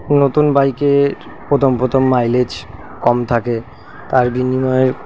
নতুন বাইকের প্রথম প্রথম মাইলেজ কম থাকে তার বিনিময়ের